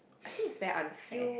I think it's very unfair